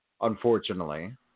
unfortunately